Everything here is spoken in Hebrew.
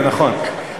זה נכון.